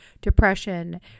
depression